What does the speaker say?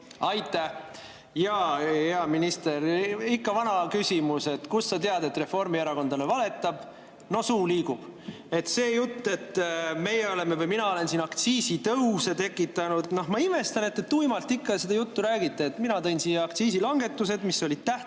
Aitäh! Hea minister, ikka vana küsimus. Kust sa tead, et reformierakondlane valetab? No suu liigub! See jutt, et meie oleme või ma olen aktsiisitõuse tekitanud – ma imestan, et te tuimalt ikka seda juttu räägite. Mina tõin siia aktsiisilangetused, mis olid tähtajalised,